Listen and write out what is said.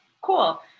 cool